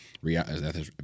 reality